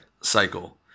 cycle